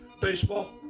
Baseball